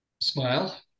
Smile